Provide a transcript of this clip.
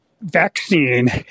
vaccine